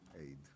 aid